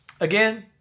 again